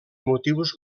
motius